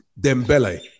Dembele